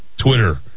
Twitter